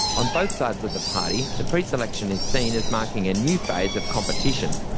on both sides of the party, the preselection is seen as marking a new phase of competition.